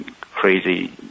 crazy